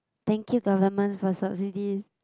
thank you government for subsidies